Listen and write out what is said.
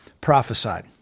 prophesied